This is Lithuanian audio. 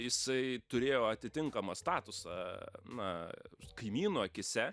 jisai turėjo atitinkamą statusą na kaimynų akyse